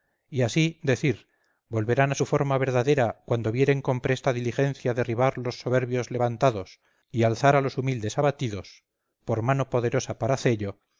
y así decir volverán a su forma verdadera cuando vieren con presta diligencia derribar los soberbios levantados y alzar a los humildes abatidos por mano poderosa para hacello